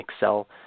excel